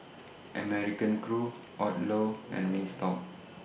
American Crew Odlo and Wingstop